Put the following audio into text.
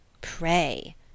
Pray